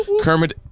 Kermit